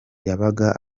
yabaga